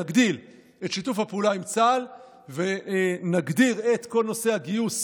נגדיל את שיתוף הפעולה עם צה"ל ונגדיר את כל נושא הגיוס,